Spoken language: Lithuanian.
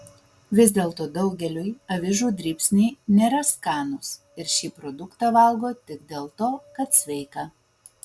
vis dėlto daugeliui avižų dribsniai nėra skanūs ir šį produktą valgo tik dėl to kad sveika